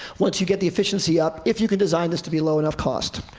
once you get the efficiency up, if you can design this to be low enough cost.